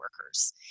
workers